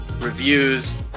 reviews